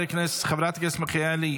חברת הכנסת מיכאלי,